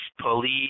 police